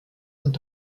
und